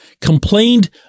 complained